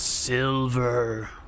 Silver